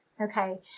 Okay